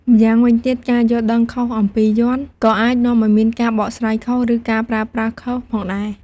ម្យ៉ាងវិញទៀត ការយល់ដឹងខុសអំពីយ័ន្ត ក៏អាចនាំឱ្យមានការបកស្រាយខុស ឬការប្រើប្រាស់ខុសផងដែរ។